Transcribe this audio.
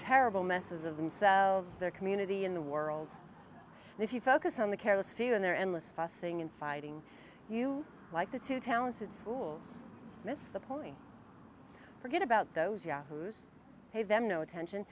terrible messes of themselves their community in the world and if you focus on the careless feet and their endless fussing and fighting you like the two talents and miss the point forget about those yahoos pay them no attention